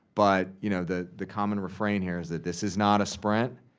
but you know, the the common refrain here is that this is not a sprint.